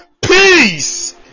Peace